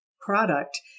product